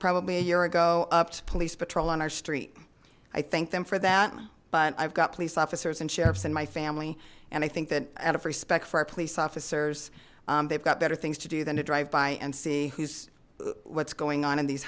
probably a year ago up to police patrol on our street i thank them for that but i've got police officers and sheriff's in my family and i think that out of respect for our police officers they've got better things to do than to drive by and see who's what's going on in these